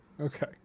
Okay